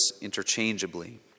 interchangeably